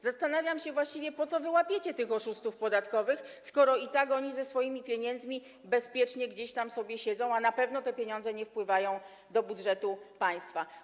Zastanawiam się właściwie, po co wy łapiecie tych oszustów podatkowych, skoro i tak oni potem ze swoimi pieniędzmi bezpiecznie gdzieś tam sobie siedzą, a na pewno te pieniądze nie wpływają do budżetu państwa.